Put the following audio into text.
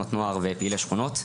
תנועות נוער ופעילי שכונות,